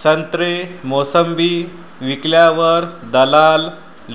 संत्रे, मोसंबी विकल्यावर दलाल